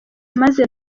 maze